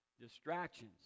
distractions